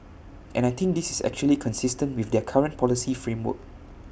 and I think this is actually consistent with their current policy framework